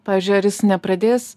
pavyzdžiui ar jis nepradės